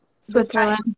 Switzerland